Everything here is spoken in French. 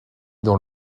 dans